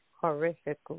horrific